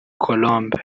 colombe